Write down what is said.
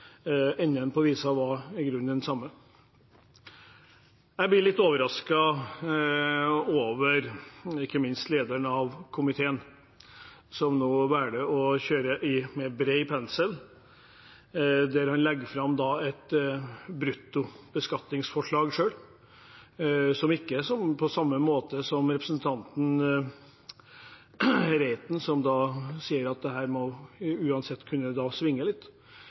den samme. Jeg blir litt overrasket over komiteens leder, som nå velger å male med bred pensel. Han legger fram et bruttobeskatningsforslag selv – ikke på samme måten som representanten Reiten, som sier at dette må uansett kunne svinge litt.